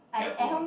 at home